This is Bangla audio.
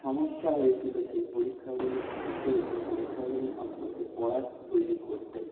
সমস্যা হয়েছিল সেই পরীক্ষাগুলি দিতে এবং পরীক্ষাগুলি সম্পর্কে পড়া তৈরি করতে